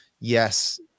yes